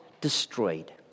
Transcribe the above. destroyed